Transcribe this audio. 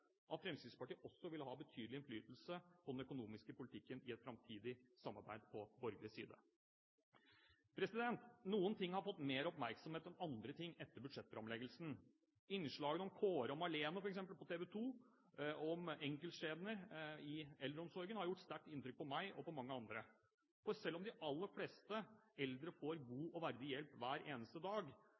at Fremskrittspartiet også vil ha betydelig innflytelse på den økonomiske politikken i et framtidig samarbeid på borgerlig side. Noen ting har fått mer oppmerksomhet enn andre ting etter budsjettframleggelsen. Innslagene om Kåre og Marlene f.eks. på TV 2, om enkeltskjebner i eldreomsorgen, har gjort sterkt inntrykk på meg og på mange andre. For selv om de aller fleste eldre får god og verdig hjelp hver eneste dag,